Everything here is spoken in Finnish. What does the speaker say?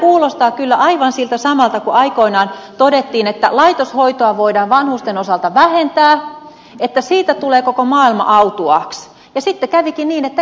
tämä kuulostaa kyllä aivan siltä samalta kuin aikoinaan todettiin että laitoshoitoa voidaan vanhusten osalta vähentää että siitä tulee koko maailma autuaaksi ja sitten kävikin niin että ei ole riittävää kotihoitoa ei ole sairaanhoitoa